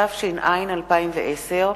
התש”ע 2010,